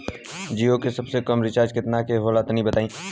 जीओ के सबसे कम रिचार्ज केतना के होला तनि बताई?